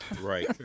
Right